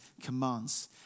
commands